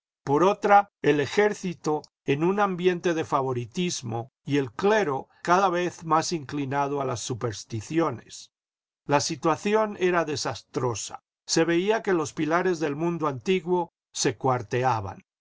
por otra el ejército en un ambiente de favoritismo y el clero cada vez más inclinado a las supersticiones la situación era desastrosa se veía que los pilares del mundo antiguo se cuarteaban